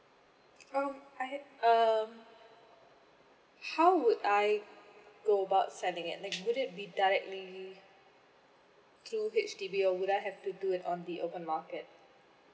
oh I had um how would I go about selling it like would it be directly through H_D_B or would I have to do it on the open market